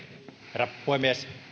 herra puhemies